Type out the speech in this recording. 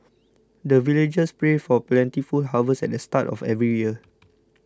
the villagers pray for plentiful harvest at the start of every year